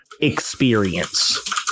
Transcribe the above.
experience